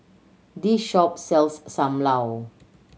this shop sells Sam Lau